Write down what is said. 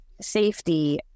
safety